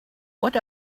what